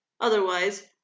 otherwise